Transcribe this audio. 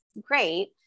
Great